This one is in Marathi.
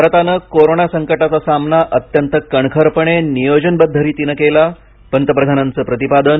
भारतानं कोरोना संकटाचा सामना अत्यंत कणखरपणे नियोजनबद्धरीतीनं केला पंतप्रधानांचं प्रतिपादन